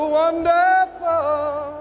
wonderful